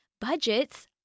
budgets